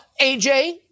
AJ